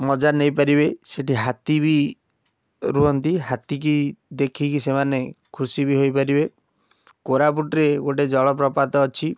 ମଜା ନେଇପାରିବେ ସେଠି ହାତୀ ବି ରୁହନ୍ତି ହାତୀ କି ଦେଖିକି ସେମାନେ ଖୁସି ବି ହୋଇପାରିବେ କୋରାପୁଟରେ ଗୋଟେ ଜଳପ୍ରପାତ ଅଛି